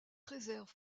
réserve